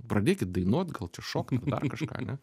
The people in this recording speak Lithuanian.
pradėkit dainuot gal čia šokam dar kažką ane